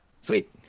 Sweet